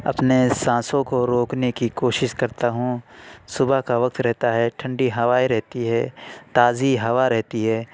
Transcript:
اپنے سانسوں کو روکنے کی کوشش کرتا ہوں صُبح کا وقت رہتا ہے ٹھنڈی ہوائیں رہتی ہے تازی ہَوا رہتی ہے